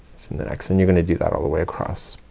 the next and you're gonna do that all the way across.